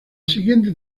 siguiente